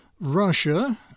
Russia